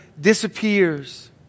disappears